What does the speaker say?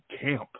camp